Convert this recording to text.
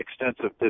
extensive